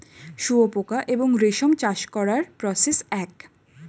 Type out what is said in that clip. শুয়োপোকা এবং রেশম চাষ করার প্রসেস এক